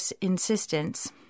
insistence